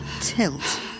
tilt